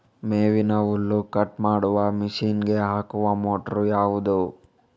ಮೇವಿನ ಹುಲ್ಲು ಕಟ್ ಮಾಡುವ ಮಷೀನ್ ಗೆ ಹಾಕುವ ಮೋಟ್ರು ಯಾವುದು?